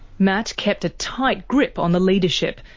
matt kept a tight grip on the leadership,